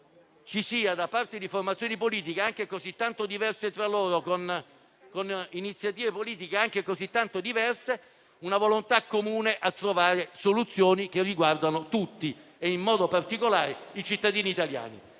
ci sia, da parte di formazioni politiche anche così diverse tra loro e con iniziative politiche che lo sono altrettanto, una volontà comune di trovare soluzioni che riguardano tutti, in modo particolare i cittadini italiani.